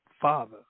father